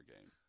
game